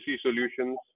solutions